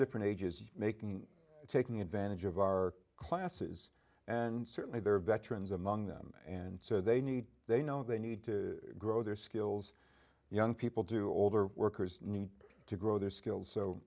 different ages making taking advantage of our classes and certainly there are veterans among them and so they need they know they need to grow their skills young people do older workers need to grow their skills so